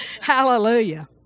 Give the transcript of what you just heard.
Hallelujah